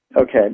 Okay